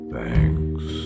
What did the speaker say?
Thanks